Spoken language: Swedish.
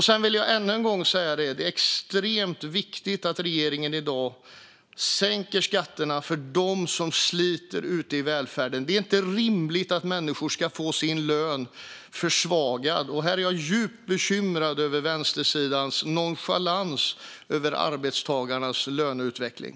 Sedan vill jag ännu en gång säga att det är extremt viktigt att regeringen sänker skatterna för dem som sliter ute i välfärden. Det är inte rimligt att människor får sin lön försvagad. Jag är djupt bekymrad över vänstersidans nonchalans över arbetstagarnas löneutveckling.